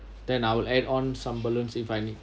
then I'll add on some balloons if I need